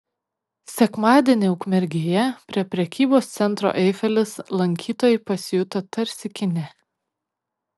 sekmadienį ukmergėje prie prekybos centro eifelis lankytojai pasijuto tarsi kine